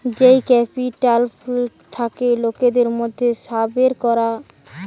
যেই ক্যাপিটালটা থাকে লোকের মধ্যে সাবের করা